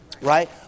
right